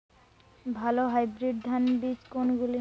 ভালো হাইব্রিড ধান বীজ কোনগুলি?